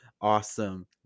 awesome